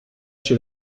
chez